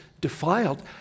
defiled